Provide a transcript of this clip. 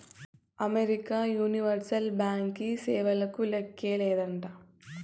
America universal బ్యాంకీ సేవలకు లేక్కే లేదంట